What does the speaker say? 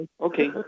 Okay